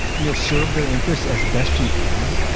and you'll serve their interests as best you can.